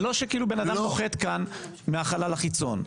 זה לא שהאדם נוחת כאן מהחלל החיצון.